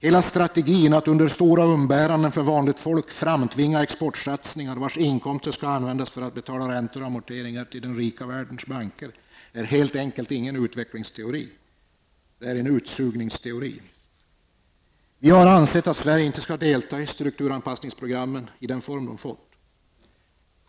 Hela strategin att under stora umbäranden för vanligt folk framtvinga exportsatsningar, vilkas inkomster skall användas för att betala räntor och amorteringar till den rika världens banker, är helt enkelt ingen utvecklingsteori. Det är en utsugningsteori. Vi har ansett att Sverige inte skall delta i strukturanpassningsprogrammen med tanke på den form som dessa har fått.